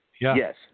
Yes